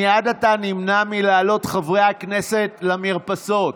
עד עתה נמנעתי מלהעלות חברי כנסת למרפסות.